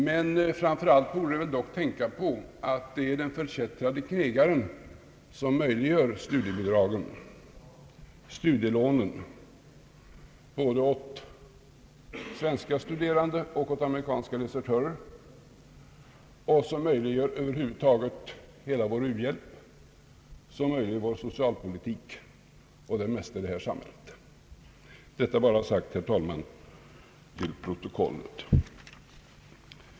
Men vi borde tänka på att det är den förkättrade knegaren som möjliggör studielånen både åt svenska studerande och åt amerikanska desertörer och som över huvud taget möjliggör hela vår u-hjälp, vår socialpolitik och det mesta i detta samhälle. Detta, herr talman, bara sagt till protokollet.